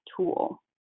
tool